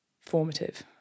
formative